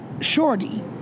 Shorty